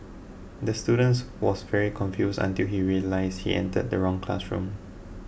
the student was very confused until he realised he entered the wrong classroom